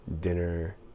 dinner